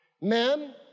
Men